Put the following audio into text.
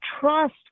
trust